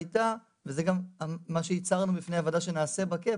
וזה גם מה שהצהרנו בפני הוועדה שנעשה בקאפ,